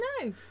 No